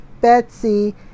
Betsy